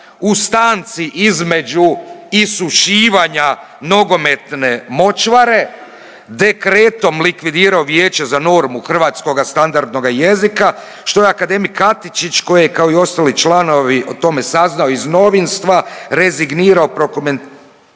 u stanci između isušivanja nogometne močvare Dekretom likvidirao Vijeće za normu Hrvatskoga standardnoga jezika, što je akademik Katičić koji je kao i ostali članovi o tome saznao iz novinstva, rezignirao prokomen…,